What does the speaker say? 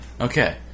Okay